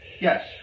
yes